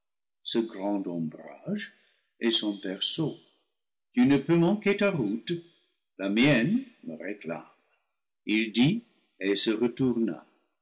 ce grand ombrage est son berceau tu ne peux manquer ta roule la mienne me réclame il dit et se retourna